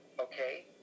Okay